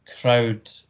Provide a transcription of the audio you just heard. crowd